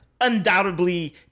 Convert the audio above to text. undoubtedly